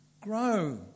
grow